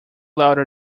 louder